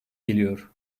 geliyor